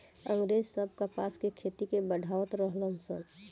अँग्रेज सब कपास के खेती के बढ़ावा देहलन सन